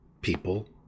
people